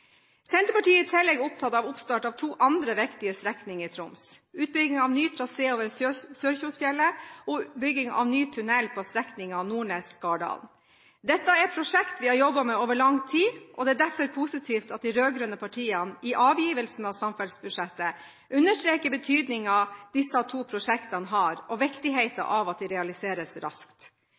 Senterpartiet er i tillegg opptatt av oppstart på to andre viktige strekninger i Troms: utbygging av ny trasé over Sørkjosfjellet og bygging av ny tunnel på strekningen Nordnes–Skardalen. Dette er prosjekter vi har jobbet med over lang tid. Det er derfor positivt at de rød-grønne partiene i avgivelsen av samferdselsbudsjettet understreker betydningen disse to prosjektene har, og viktigheten av at de realiseres raskt.